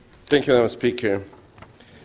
thank you, madam speaker.